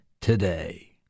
today